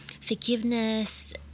forgiveness